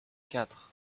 quatre